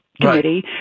committee